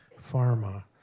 pharma